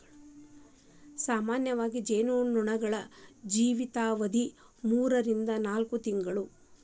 ಸಾಮಾನ್ಯವಾಗಿ ಜೇನು ನೊಣಗಳ ಜೇವಿತಾವಧಿ ಮೂರರಿಂದ ನಾಕ ತಿಂಗಳು